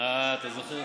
סגן השר, אה, אתה זוכר.